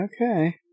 Okay